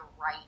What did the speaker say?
right